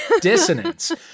dissonance